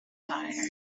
tired